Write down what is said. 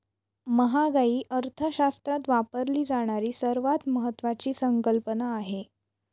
महागाई अर्थशास्त्रात वापरली जाणारी सर्वात महत्वाची संकल्पना आहे